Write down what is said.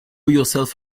yourself